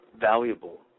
Valuable